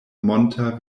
monta